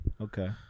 Okay